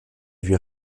lui